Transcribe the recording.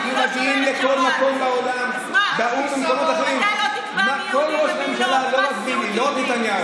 אני יהודייה לא פחות ממך ואני לא שומרת שבת,